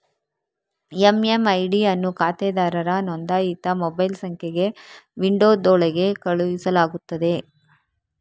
MMID ಅನ್ನು ಖಾತೆದಾರರ ನೋಂದಾಯಿತ ಮೊಬೈಲ್ ಸಂಖ್ಯೆಗೆ ವಿಂಡೋದೊಳಗೆ ಕಳುಹಿಸಲಾಗುತ್ತದೆ